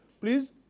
please